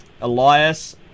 Elias